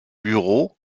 bureaux